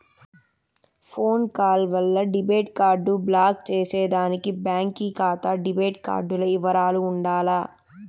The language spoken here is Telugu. ఫోన్ కాల్ వల్ల డెబిట్ కార్డు బ్లాకు చేసేదానికి బాంకీ కాతా డెబిట్ కార్డుల ఇవరాలు ఉండాల